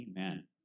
Amen